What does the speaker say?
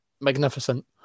magnificent